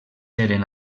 eren